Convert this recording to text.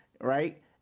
right